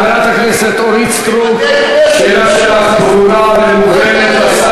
חברת הכנסת אורית סטרוק, השאלה שלך ברורה ומובנת.